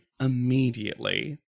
immediately